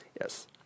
Yes